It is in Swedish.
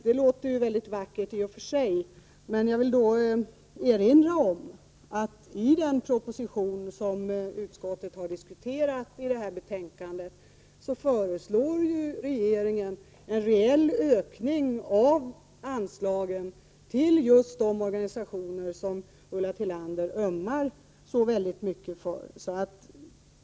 Det låter mycket vackert i och för sig, men jag vill då erinra om att regeringen i den proposition som utskottet har diskuterat i det här betänkandet föreslår en rejäl ökning av anslaget till just de organisationer som Ulla Tillander ömmar så mycket för.